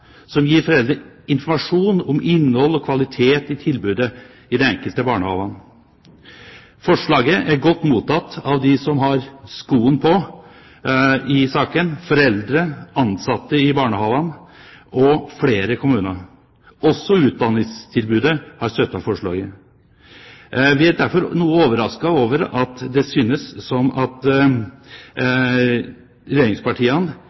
som gir foreldre informasjon om innhold og kvalitet i tilbudet i de enkelte barnehagene. Forslaget er godt mottatt av dem som har skoen på i saken, foreldre, ansatte i barnehagene og flere kommuner. Også Utdanningsforbundet har støttet forslaget. Vi er derfor noe overrasket over at det synes som om regjeringspartiene vil gå imot dette forslaget. At